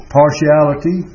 partiality